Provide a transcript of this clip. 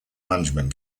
management